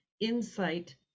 insight